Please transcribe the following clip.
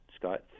Scott